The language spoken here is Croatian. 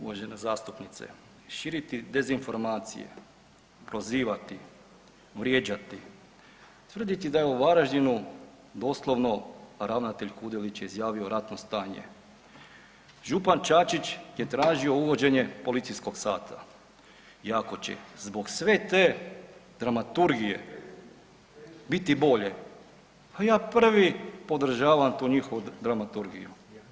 Uvažena zastupnice širiti dezinformacije, prozivati, vrijeđati, tvrditi da je u Varaždinu doslovno, ravnatelj Kudelić je izjavio ratno stanje, župan Čačić je tražio uvođenje policijskog sata i ako će zbog sve te dramaturgije biti bolje, a ja prvi podržavam tu njihovu dramatrugiju.